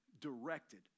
directed